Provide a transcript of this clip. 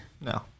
no